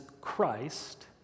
Christ